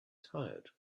tired